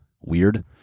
weird